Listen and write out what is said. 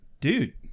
Dude